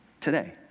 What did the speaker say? today